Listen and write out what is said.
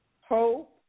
hope